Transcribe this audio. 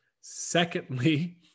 Secondly